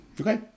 Okay